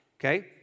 Okay